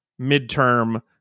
midterm